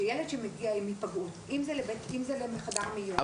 שכשילד מגיע עם פגיעה לחדר מיון או